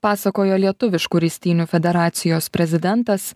pasakojo lietuviškų ristynių federacijos prezidentas